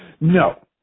No